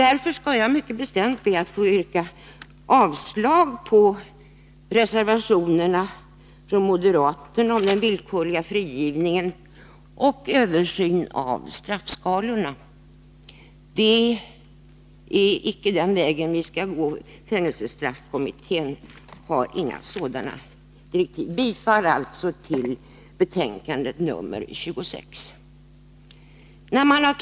Därför ber jag mycket bestämt att få yrka avslag på de moderata reservationerna om den villkorliga frigivningen och översynen av straffskalorna. Det är icke den vägen vi skall gå, och fängelsestraffkommittén bör inte heller få sådana direktiv. Jag yrkar således bifall till utskottets hemställan i justitieutskottets betänkande 26.